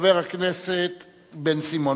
חבר הכנסת מג'אדלה,